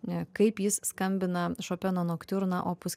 ne kaip jis skambina šopeno noktiurną opus